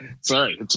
Sorry